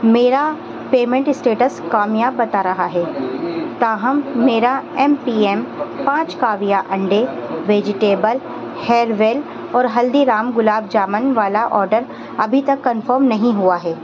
میرا payment status کامیاب بتا رہا ہے تاہم میرا ایم پی ایم پانچ کاویہ انڈے ویجیٹیبل ہیئر ویل اور ہلدی رام گلاب جامن والا آڈر ابھی تک کنفرم نہیں ہوا ہے